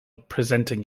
presenting